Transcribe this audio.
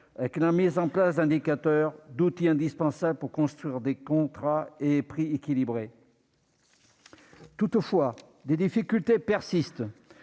la mise en place d'indicateurs et d'outils indispensables à la construction de contrats et de prix équilibrés. Toutefois, des difficultés persistent,